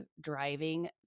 driving